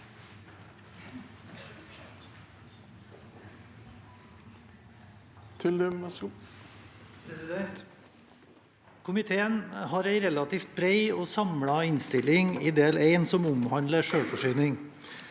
Komiteen har en relativt bred og samlet innstilling i del I, som omhandler selvforsyning.